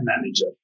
manager